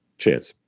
cheers.